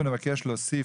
מקרה שמישהו